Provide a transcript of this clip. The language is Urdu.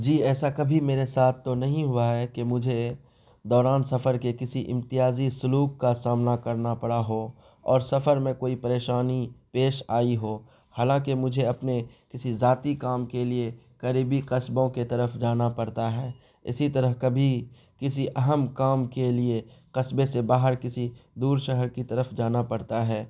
جی ایسا کبھی میرے ساتھ تو نہیں ہوا ہے کہ مجھے دوران سفر کے کسی امتیازی سلوک کا سامنا کرنا پڑا ہو اور سفر میں کوئی پریشانی پیش آئی ہو حالانکہ مجھے اپنے کسی ذاتی کام کے لیے قریبی قصبوں کے طرف جانا پڑتا ہے اسی طرح کبھی کسی اہم کام کے لیے قصبے سے باہر کسی دور شہر کی طرف جانا پڑتا ہے